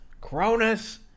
Cronus